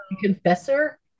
confessor